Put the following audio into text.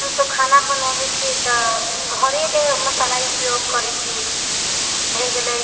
हमसब खाना बनाबैत छियै तऽ घरेके मसाला उपयोग करैत छी भए गेलै